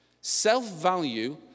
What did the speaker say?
Self-value